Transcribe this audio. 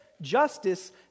justice